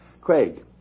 Craig